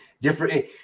different